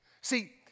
See